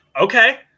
Okay